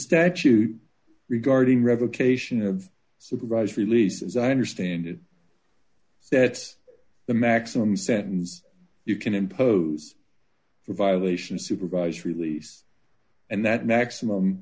statute regarding revocation of supervised release as i understand it that the maximum sentence you can impose a violation supervised release and that maximum